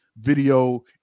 video